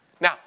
Now